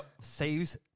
saves